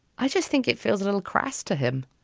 i just think it feels a little crass to him.